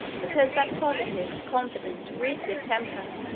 because that positive, confident, restiff temper,